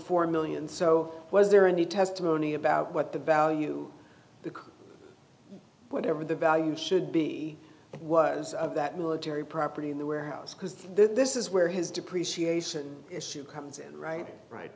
four million so was there any testimony about what the value the whatever the value should be was of that military property in the warehouse because this is where his depreciation issue comes in right right